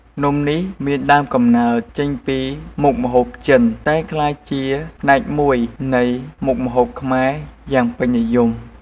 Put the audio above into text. នំនេះមានដើមកំណើតចេញពីមុខម្ហូបចិន តែបានក្លាយជាផ្នែកមួយនៃមុខម្ហូបខ្មែរយ៉ាងពេញនិយម។